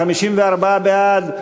54 בעד,